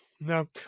No